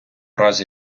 разі